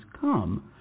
come